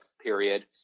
period